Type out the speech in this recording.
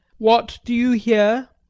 what do you hear?